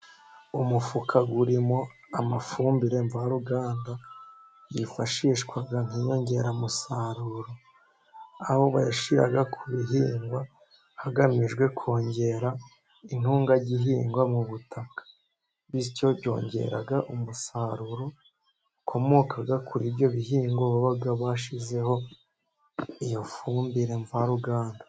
Umufuka urimo amafumbire mvaruganda yifashishwa nk'inyongeramusaruro, aho bayashyira ku bihingwa hagamijwe kongera intungwagihingwa mu butaka, bityo byongera umusaruro wakomoka kuri ibyo bihingwa, baba bashyizeho iyo fumbire mvaruganda.